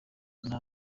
rimwe